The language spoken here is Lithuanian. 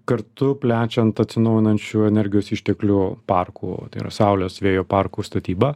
kartu plečiant atsinaujinančių energijos išteklių parkų tai yra saulės vėjo parkų statybą